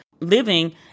living